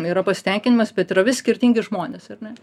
yra pasitenkinimas bet yra vis skirtingi žmonės ar ne